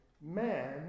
man